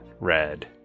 red